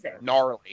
gnarly